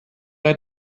let